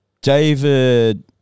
David